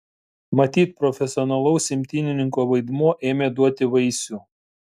matyt profesionalaus imtynininko vaidmuo ėmė duoti vaisių